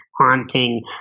haunting